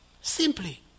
simply